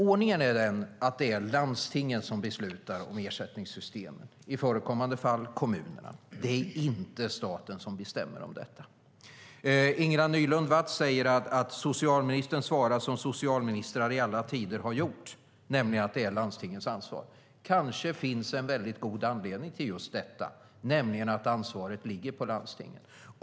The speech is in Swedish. Ordningen är den att det är landstingen som beslutar om ersättningssystem, i förekommande fall kommunerna. Det är inte staten som bestämmer i dessa frågor. Ingela Nylund Watz säger att socialministern svarar som socialministrar i alla tider har gjort, nämligen att det är landstingens ansvar. Kanske finns en god anledning till just detta, nämligen att ansvaret ligger på landstingen.